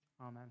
Amen